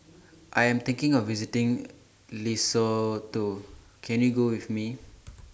I Am thinking of visiting Lesotho Can YOU Go with Me